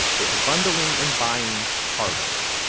they are bundling and buying car loans.